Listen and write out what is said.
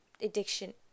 addiction